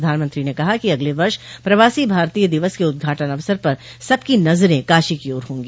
प्रधानमंत्री ने कहा कि अगले वर्ष प्रवासी भारतीय दिवस के उद्घाटन अवसर पर सबकी नजरे काशी की ओर होंगी